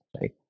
right